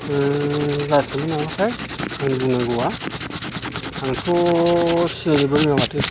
जासिगोनबो नामाथाय आंनि बुंनांगौआ आंथ' सेरनोबो रोङा माथो